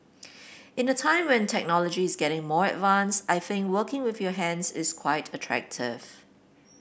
in a time where technology is getting more advanced I think working with your hands is quite attractive